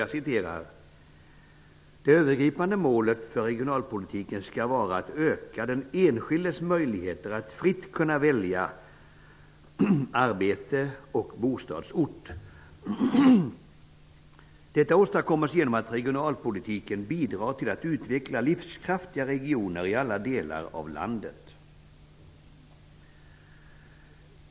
Jag citerar: ''Det övergripande målet för regionalpolitiken skall vara att öka den enskildes möjligheter att fritt kunna välja arbete och bostadsort. Detta åstadkommes genom att regionalpolitiken bidrar till att utveckla livskraftiga regioner i alla delar av landet.''